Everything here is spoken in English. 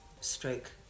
stroke